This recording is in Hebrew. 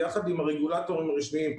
יחד עם הרגולטורים הרשמיים,